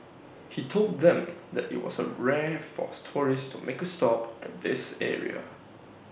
he told them that IT was A rare for tourists to make A stop at this area